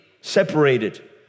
separated